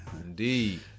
Indeed